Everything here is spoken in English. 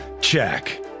check